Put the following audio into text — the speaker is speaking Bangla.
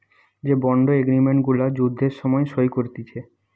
যে বন্ড এগ্রিমেন্ট গুলা যুদ্ধের সময় সই করতিছে